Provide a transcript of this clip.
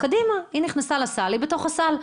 היא נכנסה לסל והיא בתוך הסל.